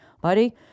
buddy